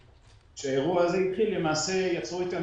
שכאשר האירוע הזה התחיל למעשה יצרו איתנו